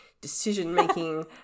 decision-making